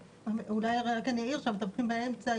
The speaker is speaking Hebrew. אולי רק אעיר לגבי המתווכים באמצע,